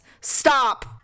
Stop